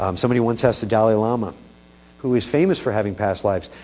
i'm so many once s the dalai lama who is famous for having past lives,